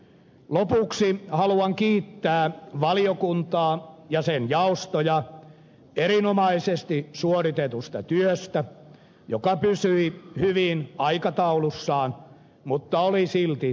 lopuksi haluan kiittää valiokuntaa ja sen jaostoja erinomaisesti suoritetusta työstä joka pysyi hyvin aikataulussaan mutta oli silti perusteellista